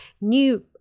new